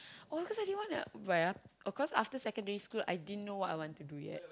oh because I didn't wanna why ah oh cause after secondary school I didn't know what I want to do yet